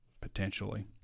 Potentially